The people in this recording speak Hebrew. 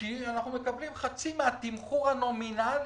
כי אנחנו מקבלים חצי מהתמחור הנומינלי